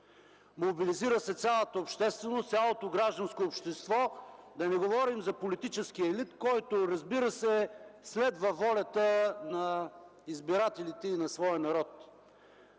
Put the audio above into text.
Мобилизира се цялата общественост, цялото гражданско общество, да не говорим за политическия елит, който, разбира се, следва волята на избирателите и своя народ.